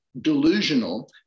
delusional